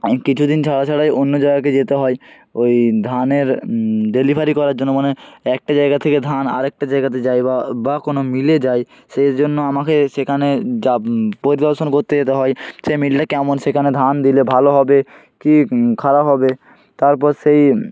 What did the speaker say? আমি কিছুদিন ছাড়া ছাড়াই অন্য জায়গাকে যেতে হয় ওই ধানের ডেলিভারি করার জন্য মানে একটা জায়গা থেকে ধান আর একটা জায়গাতে যায় বা বা কোনো মিলে যায় সেই জন্য আমাকে সেখানে যাব পরিদর্শন করতে যেতে হয় সেই মিলটা কেমন সেখানে ধান দিলে ভালো হবে কি খারাপ হবে তারপর সেই